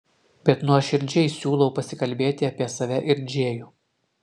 bet nuoširdžiai siūliau pasikalbėti apie save ir džėjų